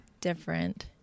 different